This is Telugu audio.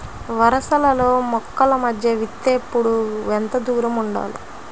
వరసలలో మొక్కల మధ్య విత్తేప్పుడు ఎంతదూరం ఉండాలి?